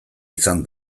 izan